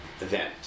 event